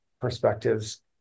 perspectives